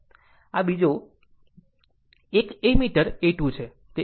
આ બીજો એક એમીટર A 2 છે